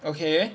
okay